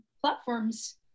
platforms